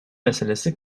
meselesi